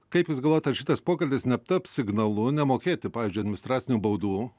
kaip jūs galvojat ar šitas pokalbis netaps signalu nemokėti pavyzdžiui administracinių baudų